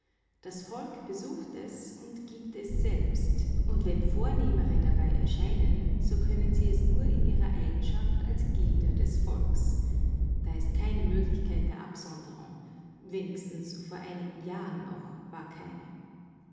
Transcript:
das volk besucht es und gibt es selbst und wenn vornehmere dabei erscheinen so können sie es nur in ihrer eigenschaft als glieder des volks da ist keine möglichkeit der absonderung wenigstens vor einigen jahren noch war keine